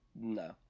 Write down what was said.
No